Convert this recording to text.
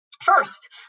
First